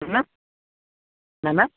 என்ன மேம் என்ன மேம்